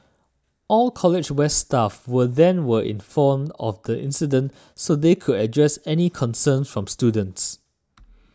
all College West staff were then were informed of the incident so they could address any concerns from students